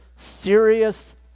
serious